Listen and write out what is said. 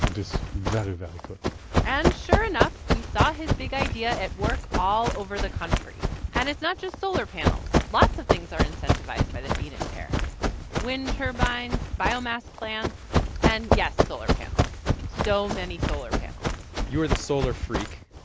and very, very good and sure enough, we saw his big idea at work all over the country. and it's not just solar panels. lots of things are incentivized by the feed-in tariff wind turbines, biomass plants and, yes, solar panels so many solar panels you are the solar freak.